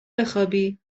بخوابی